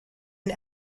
and